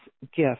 gift